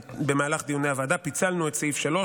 במהלך דיוני הוועדה פיצלנו את סעיף 3,